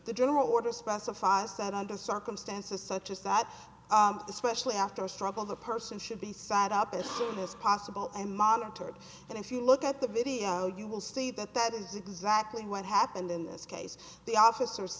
the general order specifies that under circumstances such as that especially after a struggle the person should be signed up as soon as possible and monitored and if you look at the video you will see that that is exactly what happened in this case the officer